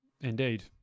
Indeed